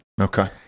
Okay